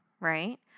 right